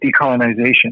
decolonization